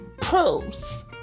proves